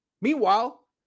Meanwhile